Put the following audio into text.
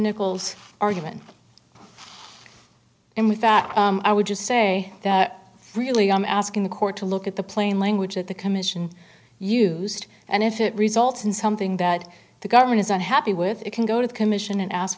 nichols argument and with that i would just say that really i'm asking the court to look at the plain language that the commission used and if it results in something that the government is unhappy with it can go to the commission and ask